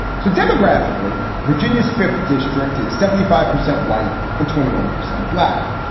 so demographically, virginia's fifth district is seventy five percent white and twenty one percent black.